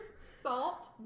salt